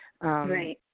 right